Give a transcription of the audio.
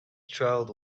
travelled